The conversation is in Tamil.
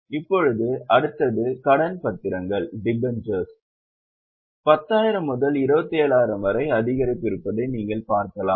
இப்போது அடுத்தது கடன் பத்திரங்கள் 10000 முதல் 27000 வரை அதிகரிப்பு இருப்பதை நீங்கள் பார்க்கலாம்